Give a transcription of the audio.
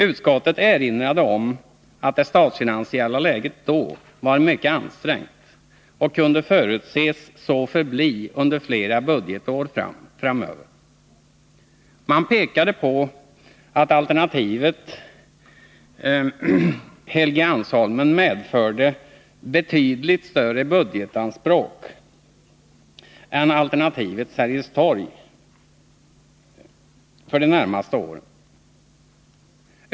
Utskottet erinrade om att det statsfinansiella läget då var mycket ansträngt och kunde förutses så förbli under flera budgetår framöver. Man pekade på att alternativet Helgeandsholmen medförde betydligt större budgetanspråk för de närmaste åren än alternativet Sergels torg.